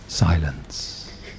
silence